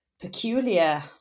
peculiar